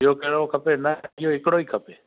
ॿियो कहिड़ो खपे न इहो हिकिड़ो ई खपे